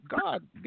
God